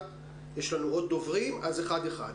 יש לנו עוד דוברים אז אחד אחד.